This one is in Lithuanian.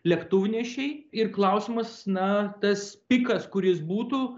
lėktuvnešiai ir klausimas na tas pikas kuris būtų